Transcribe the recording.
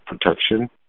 protection